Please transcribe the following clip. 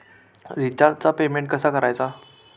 रिचार्जचा पेमेंट कसा करायचा?